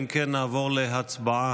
אם כן, נעבור להצבעה.